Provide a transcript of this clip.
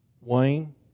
Wayne